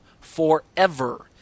forever